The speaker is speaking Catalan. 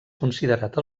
considerat